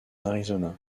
arizona